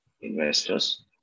investors